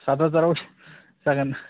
साथ हाजाराव जागोन